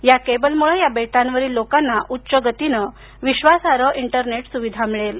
या केबलमुळे या बेटांवरील लोकांना उच्च गतीने विश्वासार्ह इंटरनेट सुविधा मिळेल